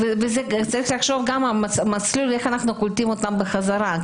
צריך לחשוב גם על מסלול איך אנחנו קולטים אותם בחזרה,